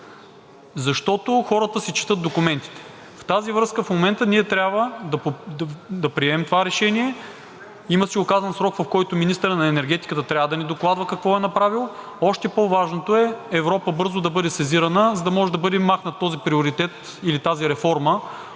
Защото хората си четат документите. В тази връзка в момента ние трябва да приемем това Решение. Има си указан срок, в който министърът на енергетиката трябва да ни докладва какво е направил. Още по-важното е Европа бързо да бъде сезирана, за да може да бъде махнат този приоритет или тази реформа